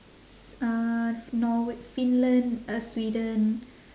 s~ uh norway finland uh sweden